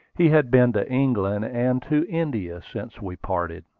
he had been to england and to india since we parted.